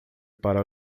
para